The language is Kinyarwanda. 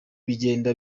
bigenda